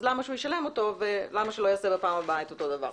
אז למה שישלם אותו ולמה שבפעם הבאה שלא יעשה אותו הדבר?